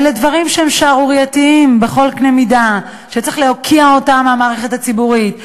אלה דברים שערורייתיים בכל קנה מידה וצריך להוקיע אותם במערכת הציבורית,